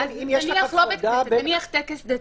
נניח טקס דתי.